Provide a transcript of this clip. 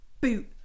boot